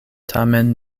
tamen